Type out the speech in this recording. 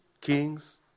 kings